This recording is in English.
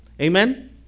Amen